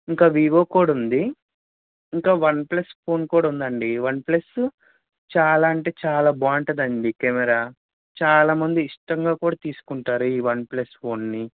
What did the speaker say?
ఇంకా వివో కూడా ఉంది ఇంకా వన్ ప్లస్ ఫోన్ కూడా ఉందండి వన్ ప్లస్ చాలా అంటే చాలా బాగుంటుందండీ కెమెరా చాలా మంది ఇష్టంగా కూడా తీసుకుంటారు ఈ వన్ ప్లస్ ఫోన్ని